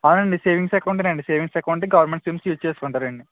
అవునండి సేవింగ్స్ అకౌంటేనండి సేవింగ్స్ అకౌంటే గవర్నమెంట్ స్కీమ్స్కి యూజ్ చేసుకుంటారండి